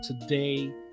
today